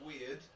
Weird